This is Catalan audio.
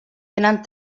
tenen